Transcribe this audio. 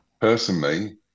personally